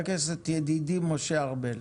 חבר הכנסת ידידי, משה ארבל.